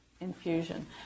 infusion